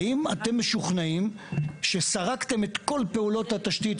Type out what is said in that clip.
האם אתם משוכנעים שסרקתם את כל פעולות התשתית,